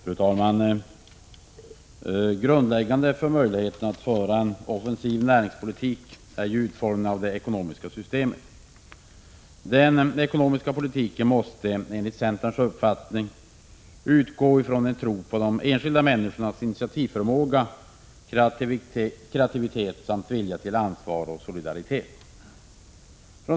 Fru talman! Grundläggande för möjligheterna att föra en offensiv näringspolitik är utformningen av det ekonomiska systemet. Den ekonomiska politiken måste, enligt centerns uppfattning, utgå från en tro på de enskilda människornas initiativförmåga, kreativitet samt vilja till ansvar och solidaritet.